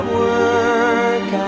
work